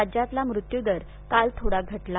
राज्यातला मृत्यूदर काल थोडा घटला